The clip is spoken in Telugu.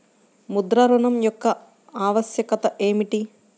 ముద్ర ఋణం యొక్క ఆవశ్యకత ఏమిటీ?